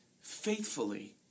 faithfully